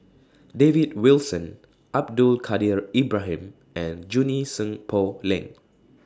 David Wilson Abdul Kadir Ibrahim and Junie Sng Poh Leng